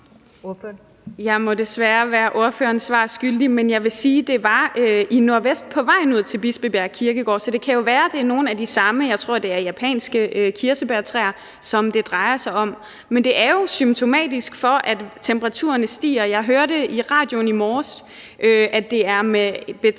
Jeg må desværre være ordføreren svar skyldig. Men jeg vil sige, at det var i Nordvestkvarteret på vejen ud til Bispebjerg Kirkegård, så det kan jo være, at det er nogle af de samme, jeg tror, det er japanske kirsebærtræer, som det drejer sig om. Men det er jo symptomatisk for, at temperaturen stiger. Jeg hørte i radioen i morges, at temperaturen